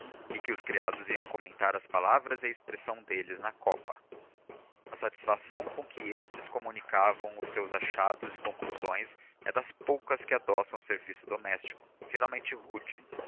e que os criados iam comentar as palavras e a expressão deles na copa a satisfação com que estes comunicavam os seus achados e conclusões é das poucas que adoçam o serviço doméstico geralmente rude